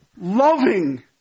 loving